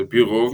על פי רוב,